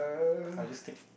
I'll just take